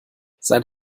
sein